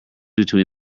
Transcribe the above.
between